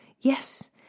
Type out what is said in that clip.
Yes